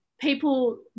people